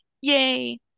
yay